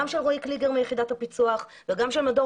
גם של רואי קליגר מיחידת הפיצו"ח וגם של מדור